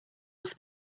off